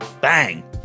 Bang